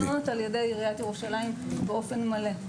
בנות בית יעקב ממומנות על-ידי עיריית ירושלים באופן מלא.